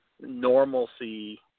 normalcy